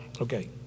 Okay